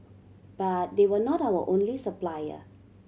but they were not our only supplier